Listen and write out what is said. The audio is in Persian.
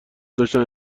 داشتند